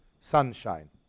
sunshine